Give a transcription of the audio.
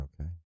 Okay